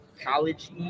college